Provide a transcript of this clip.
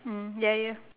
mm ya ya